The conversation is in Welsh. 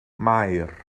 maer